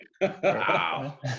wow